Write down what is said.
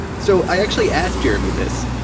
so i actually asked jeremy this,